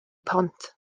pont